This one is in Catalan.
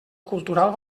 cultural